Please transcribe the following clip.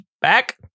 back